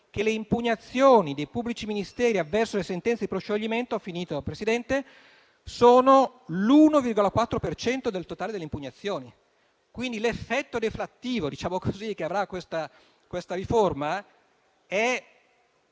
che le impugnazioni dei pubblici ministeri avverso le sentenze di proscioglimento sono l'1,4 per cento del totale delle impugnazioni. Quindi, l'effetto deflattivo che avrà questa riforma è